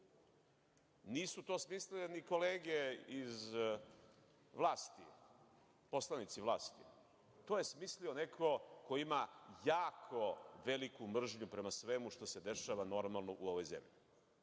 Nisu to smislile ni kolege iz vlasti, poslanici vlasti. To je smislio neko ko ima jako veliku mržnju prema svemu što se dešava normalno u ovoj zemlji